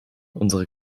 unsere